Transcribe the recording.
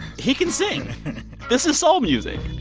he can sing this is soul music